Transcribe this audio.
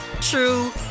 true